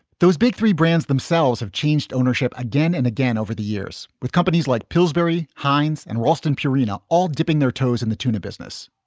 those big three brands themselves have changed ownership again and again over the years, with companies like pillsbury, heinz and ralston purina all dipping their toes in the tuna business.